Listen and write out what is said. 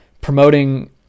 promoting